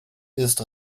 ist